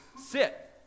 sit